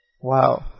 Wow